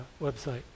website